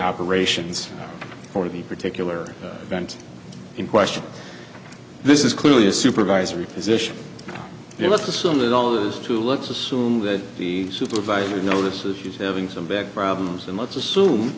operations for the particular event in question this is clearly a supervisory position you must assume that all those two looks assume that the supervisor notices she's having some back problems and let's assume